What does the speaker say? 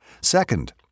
Second